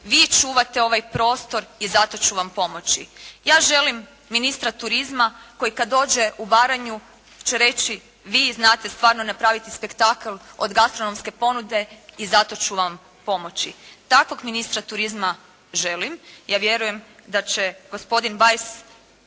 vi čuvate ovaj prostor i zato ću vam pomoći. Ja želim ministra turizma koji kad dođe u Baranju će reći, vi znate stvarno znate napraviti spektakl od gastronomske ponude i zato ću vam pomoći. Takvog ministra turizma želim. Ja vjerujem da će gospodin Bajs